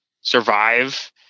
survive